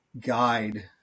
guide